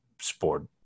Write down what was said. sport